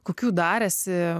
kokių dar ėsi